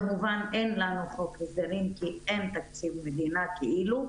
כמובן אין לנו חוק הסדרים כי אין תקציב מדינה כאילו,